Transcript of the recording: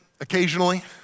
occasionally